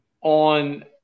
on